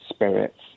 spirits